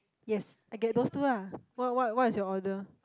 yes I get those two lah what what what's your order